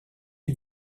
est